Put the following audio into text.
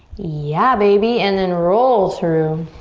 yeah baby! and then roll through.